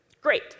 Great